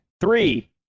Three